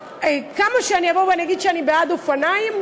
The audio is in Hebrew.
כמה שאני אבוא ואגיד שאני בעד אופניים,